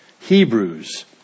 Hebrews